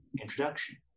introduction